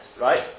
Right